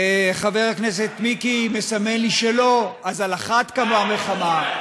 חבר הכנסת מיקי מסמן לי שלא, אז על אחת כמה וכמה.